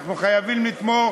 אנחנו חייבים לתמוך,